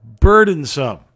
burdensome